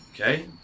okay